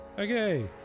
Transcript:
Okay